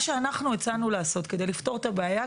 מה שהצענו לעשות כדי לפתור את הבעיה,